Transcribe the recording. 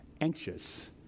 Anxious